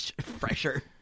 Fresher